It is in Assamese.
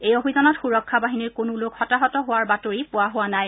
এই অভিযানত সুৰক্ষা বাহিনীৰ কোনো লোক হতাহত হোৱাৰ বাতৰি পোৱা হোৱা নাই